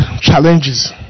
challenges